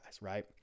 right